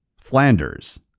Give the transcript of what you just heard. Flanders